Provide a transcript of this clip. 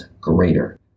greater